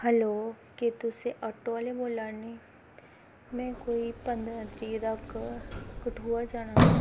hello के तुस ऐटो आह्ले बोला ने में कोई पंदरां तरीक तक कठुआ जाना हा